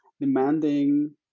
demanding